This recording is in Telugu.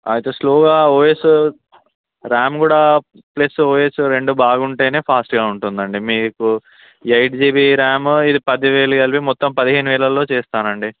అయితే స్లోగా ఓఎస్ ర్యామ్ కూడా ప్లస్ ఓఎస్ రెండు బాగా ఉంటే ఫాస్ట్గా ఉంటుంది అండి మీకు ఎయిట్ జీబీ ర్యామ్ ఇది పది వేలు కలిపి మొత్తం పదిహేను వేలలో చేస్తాను అండి